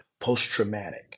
post-traumatic